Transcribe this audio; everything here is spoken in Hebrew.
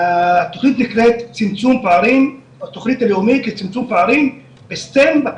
התוכנית נקראת התוכנית הלאומית לצמצום פערים בפריפריה,